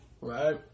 right